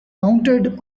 mounted